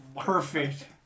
Perfect